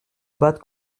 bad